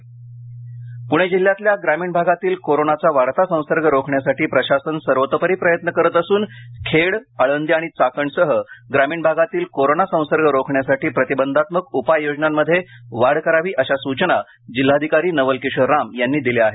प्णे जिल्ह्यातल्या ग्रामीण भागातील कोरोनाचा वाढता संसर्ग रोखण्यासाठी प्रशासन सर्वतोपरी प्रयत्न करत असून खेड आळंदी आणि चाकणसह ग्रामीण भागातील कोरोना संसर्ग रोखण्यासाठी प्रतिबंधात्मक उपाययोजनांमध्ये वाढ करावी अशा स्चना जिल्हाधिकारी नवल किशोर राम यांनी दिल्या आहेत